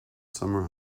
summer